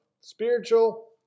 spiritual